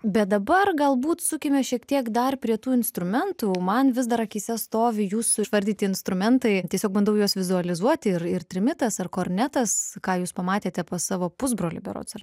bet dabar galbūt sukime šiek tiek dar prie tų instrumentų man vis dar akyse stovi jūsų išvardyti instrumentai tiesiog bandau juos vizualizuoti ir ir trimitas ar kornetas ką jūs pamatėte pas savo pusbrolį berods ar